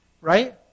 Right